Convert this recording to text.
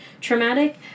traumatic